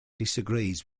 disagrees